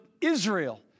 Israel